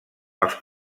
els